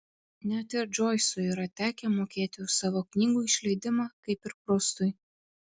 net ir džoisui yra tekę mokėti už savo knygų išleidimą kaip ir prustui